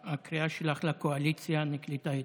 הקריאה שלך לקואליציה נקלטה היטב.